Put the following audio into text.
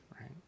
right